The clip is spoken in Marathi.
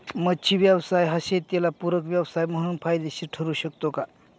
मच्छी व्यवसाय हा शेताला पूरक व्यवसाय म्हणून फायदेशीर ठरु शकतो का?